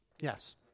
Yes